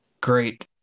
great